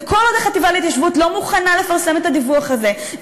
וכל עוד החטיבה להתיישבות לא מוכנה לפרסם את הדיווח הזה,